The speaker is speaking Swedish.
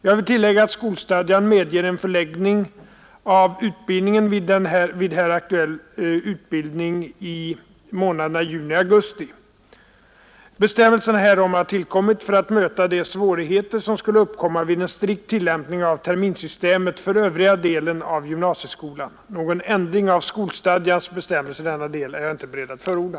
Jag vill tillägga att skolstadgan medger en förläggning av utbildningen vid här aktuell utbildning i månaderna juni och augusti. Bestämmelsen härom har tillkommit för att möta de svårigheter som skulle uppkomma vid en strikt tillämpning av terminssystemet för övriga delen av gymnasieskolan. Någon ändring av skolstadgans bestämmelser i denna del är jag inte beredd att förorda.